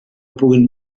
puguin